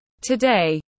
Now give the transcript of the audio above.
Today